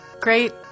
great